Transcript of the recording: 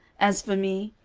as for me,